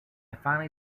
finally